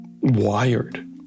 wired